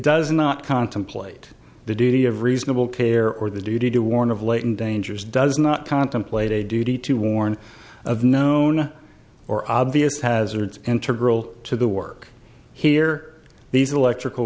does not contemplate the duty of reasonable care or the duty to warn of latent dangers does not contemplate a duty to warn of known or obvious hazards integral to the work here these electrical